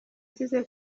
azize